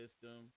system